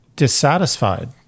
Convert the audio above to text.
dissatisfied